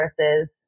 versus